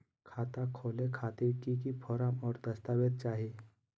खाता खोले खातिर की की फॉर्म और दस्तावेज चाही?